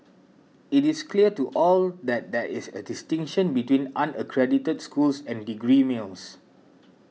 it is clear to all that there is a distinction between unaccredited schools and degree mills